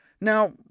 Now